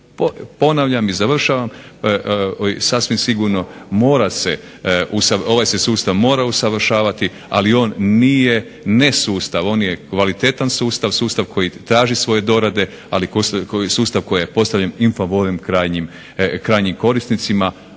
Ponavljam i završavam. Sasvim sigurno mora se, ovaj se sustav mora usavršavati ali on nije ne sustav. On je kvalitetan sustav, sustav koji traži svoje dorade ali sustav koji je postavljen in favorem krajnjim korisnicima